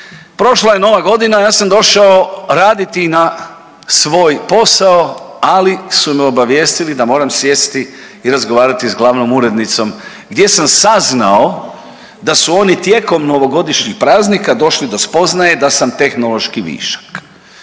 Prošla je Nova godina ja sam došao raditi na svoj posao, ali su me obavijestili da moram sjesti i razgovarati sa glavnom urednicom gdje sam saznao da su oni tijekom novogodišnjih praznika došli do spoznaje da sam tehnološki višak.